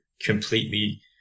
completely